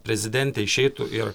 prezidentė išeitų ir